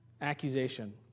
accusation